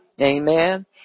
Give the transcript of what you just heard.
Amen